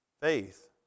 Faith